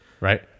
Right